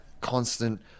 constant